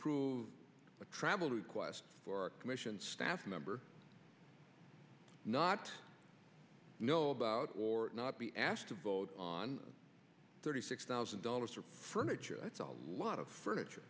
approve a travel request for a commission staff member not know about or not be asked to vote on thirty six thousand dollars for furniture that's a lot of furniture